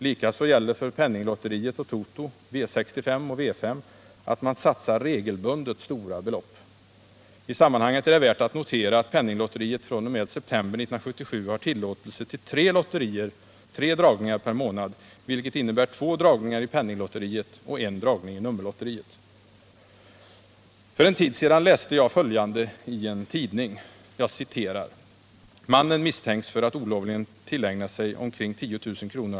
Likaså gäller för penninglotteriet, toto, V65 och VS att man regelbundet satsar stora belopp. I sammanhanget är det värt att notera att penninglotteriet fr.o.m. september 1977 har tillåtelse till tre dragningar per månad, vilket innebär två dragningar i penninglotteriet och en dragning i nummerlotteriet. För en tid sedan läste jag följande i en tidning: ”Mannen misstänks för att olovligen ha tillägnat sig omkring 10 000 kr.